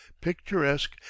picturesque